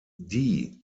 die